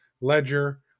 Ledger